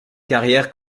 carrière